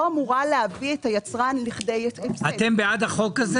אמורה להביא את היצרן לכדי --- אתם בעד החוק הזה?